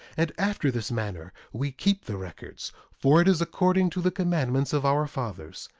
and after this manner we keep the records, for it is according to the commandments of our fathers.